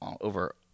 over